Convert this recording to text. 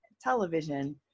television